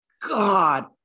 God